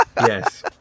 Yes